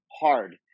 hard